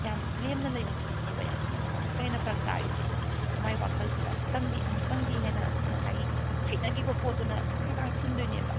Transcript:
ꯌꯥꯝ ꯂꯦꯝꯅ ꯂꯩꯕ ꯃꯤꯁꯤꯅꯦꯕ ꯌꯥꯝꯅ ꯑꯃꯨꯛꯀ ꯍꯦꯟꯅ ꯇꯥꯔꯤꯁꯦ ꯃꯥꯒꯤ ꯋꯥꯈꯜꯗꯨꯗꯩꯗ ꯑꯃꯨꯛꯇꯪꯗꯤ ꯑꯃꯨꯛꯇꯪꯗꯤ ꯍꯥꯏꯅ ꯉꯁꯥꯏꯒꯤ ꯍꯩꯅꯒꯤꯕ ꯄꯣꯠꯇꯨꯅ ꯗꯥꯡ ꯗꯥꯡ ꯊꯤꯟꯗꯣꯏꯅꯦꯕ